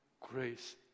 grace